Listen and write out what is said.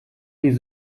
die